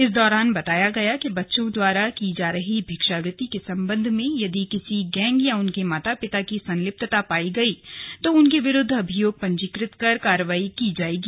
इस दौरान बताया गया कि बच्चों द्वारा की जा रही भिक्षावृत्ति के सम्बन्ध में यदि किसी गैंग या उनके माता पिता की संलिप्तता पायी गई तो उनके विरूद्ध अभियोग पंजीकृत कर कार्रवाई की जाएगी